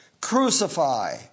crucify